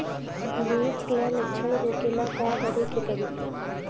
Leaf curl लक्षण रोकेला का करे के परी?